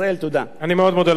אני מאוד מודה לך, אדוני.